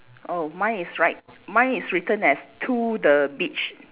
oh mine is write mine is written as to the beach